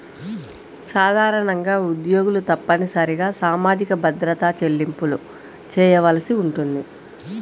సాధారణంగా ఉద్యోగులు తప్పనిసరిగా సామాజిక భద్రత చెల్లింపులు చేయవలసి ఉంటుంది